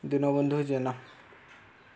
Dinabandhu Jena